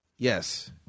Yes